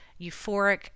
euphoric